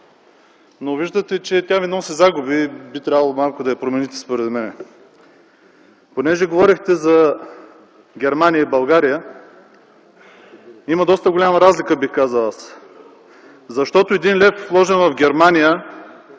Но виждате, че тя Ви носи загуби и би трябвало, според мен, малко да я промените. Понеже говорихте за Германия и България, има доста голяма разлика бих казал аз. Защото 1 лев, вложен в Германия,